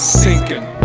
sinking